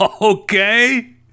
Okay